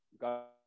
got